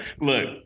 Look